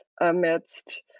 amidst